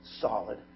solid